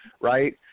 right